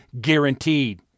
Guaranteed